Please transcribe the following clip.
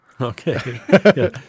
Okay